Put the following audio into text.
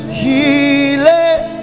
healing